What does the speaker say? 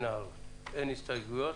זה נוגד הסכמים בין-לאומיים.